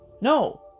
No